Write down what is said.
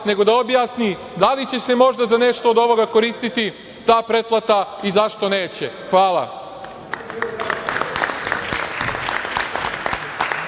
nego da objasni da li će se možda za nešto od ovoga koristiti ta pretplata i zašto neće? Hvala.